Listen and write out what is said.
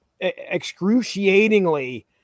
excruciatingly